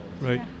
Right